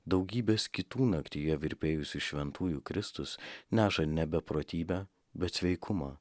daugybės kitų naktyje virpėjusi šventųjų kristus neša ne beprotybę bet sveikumą